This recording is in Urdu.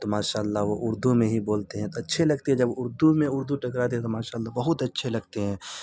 تو ماشا اللہ وہ اردو میں ہی بولتے ہیں تو اچھے لگتے ہیں جب اردو میں اردو ٹکراتی ہے تو ماشاء اللہ بہت اچھے لگتے ہیں